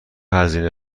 هزینه